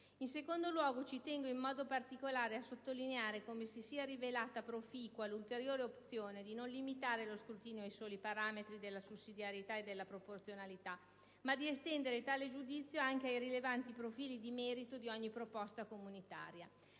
In secondo luogo, ci tengo in modo particolare a sottolineare come si sia rivelata proficua l'ulteriore opzione di non limitare lo scrutinio ai soli parametri della sussidiarietà e della proporzionalità, ma di estendere tale giudizio anche ai rilevanti profili di merito di ogni proposta comunitaria.